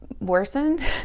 worsened